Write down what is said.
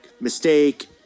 mistake